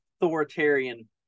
authoritarian